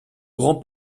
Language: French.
grand